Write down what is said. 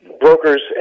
brokers